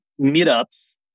meetups